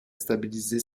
stabiliser